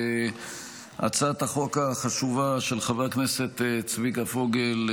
הצעת החוק החשובה של חבר הכנסת צביקה פוגל,